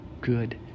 good